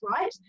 right